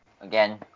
again